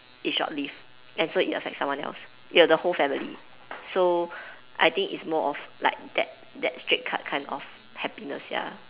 is short lived and so it affects someone else ya the whole family so I think it's more of like that that straight cut kind of happiness ya